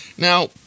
Now